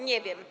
Nie wiem.